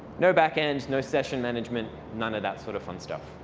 no backend, no session management, none of that sort of fun stuff.